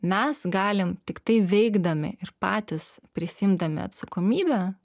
mes galim tiktai veikdami ir patys prisiimdami atsakomybę